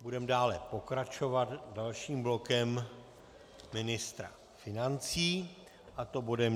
Budeme pokračovat dalším blokem ministra financí, a to bodem